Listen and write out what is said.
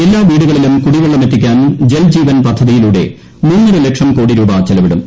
എല്ലാ വീടുകളിലും കുടിവെള്ളം എത്തിക്കാൻ ജൽ ജീവൻ പദ്ധതിയിലൂടെ മൂന്നര ലക്ഷം കോടി രൂപ ചെലവിടും